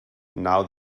now